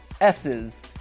S's